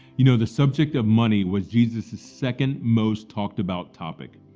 you know, the subject of money was jesus's second most talked about topic.